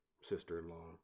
sister-in-law